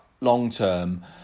long-term